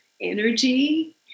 energy